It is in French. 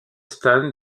stan